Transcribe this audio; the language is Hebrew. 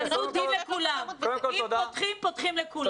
אם פותחים, פותחים לכולם.